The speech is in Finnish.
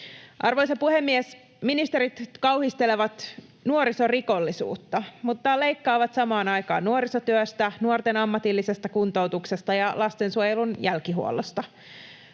Arvoisa puhemies! Ministerit kauhistelevat nuorisorikollisuutta mutta leikkaavat samaan aikaan nuorisotyöstä, nuorten ammatillisesta kuntoutuksesta ja lastensuojelun jälkihuollosta.